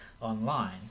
online